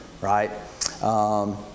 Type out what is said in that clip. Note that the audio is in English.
right